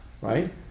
right